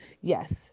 Yes